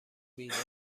بیداری